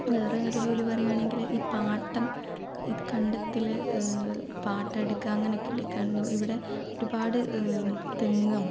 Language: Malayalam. ഈ വേറെ ഒരു ജോലി പറയുവാണെങ്കിൽ ഈ പാട്ടം ഈ കണ്ടത്തിൽ പാട്ടമെടുക്കുക അങ്ങനെയൊക്കെയില്ലേ എവിടെ ഒരുപാട് തെങ്ങും